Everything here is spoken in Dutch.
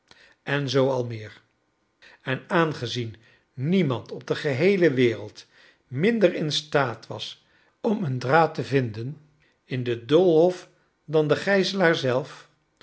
en zoo al meer en aangozien niemand op de heele wereld minder in staat was om een draad te vinden in den doolhof dan de gijzelaar zelf